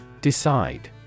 Decide